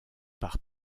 par